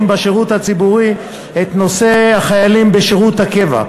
בשירות הציבורי את נושא החיילים בשירות הקבע,